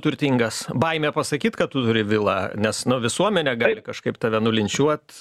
turtingas baimė pasakyt kad tu turi vilą nes nu visuomenė gali kažkaip tave nulinčiuot